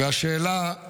והשאלה היא